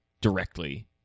directly